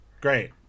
great